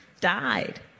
died